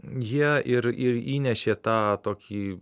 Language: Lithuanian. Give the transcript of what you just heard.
jie ir ir įnešė tą tokį